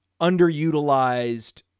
underutilized